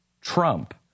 Trump